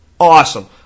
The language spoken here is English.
awesome